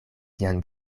sian